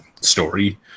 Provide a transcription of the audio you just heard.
story